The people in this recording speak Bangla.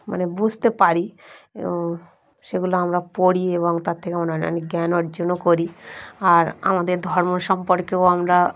মানে বুঝতে পারি সেগুলো আমরা পড়ি এবং তার থেকে আমরা অনেক জ্ঞান অর্জনও করি আর আমাদের ধর্ম সম্পর্কেও আমরা